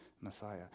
Messiah